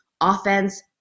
offense